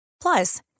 Plus